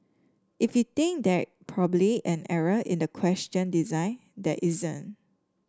if you think there probably an error in the question design there isn't